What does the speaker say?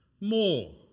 More